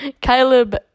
Caleb